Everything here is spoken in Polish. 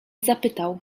zapytał